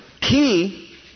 key